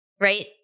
right